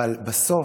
אבל בסוף,